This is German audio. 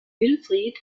wilfried